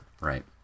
Right